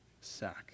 sack